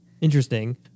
Interesting